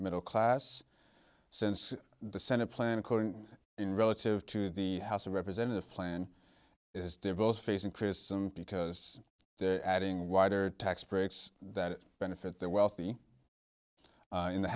middle class since the senate plan according in relative to the house of representatives plan is devote facing criticism because they're adding wider tax breaks that benefit the wealthy in the